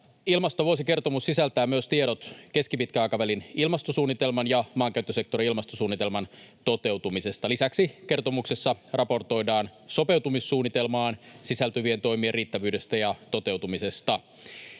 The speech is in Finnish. Ilmastovuosikertomus sisältää myös tiedot keskipitkän aikavälin ilmastosuunnitelman ja maankäyttösektorin ilmastosuunnitelman toteutumisesta. Lisäksi kertomuksessa raportoidaan sopeutumissuunnitelmaan sisältyvien toimien riittävyydestä ja toteutumisesta.